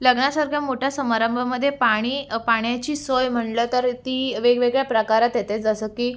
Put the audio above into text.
लग्नासारख्या मोठ्या समारंभामध्ये पाणी पाण्याची सोय म्हटलं तर ती वेगवेगळ्या प्रकारात येते जसं की